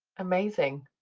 amazing,